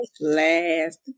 last